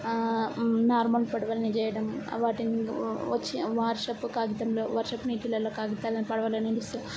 normal పడవలని చేయడం వాటిని వచ్చే వర్షపు కాగితంలో వర్షపు నీటిలలో కాగితాలను పడవలని వేసి